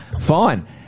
fine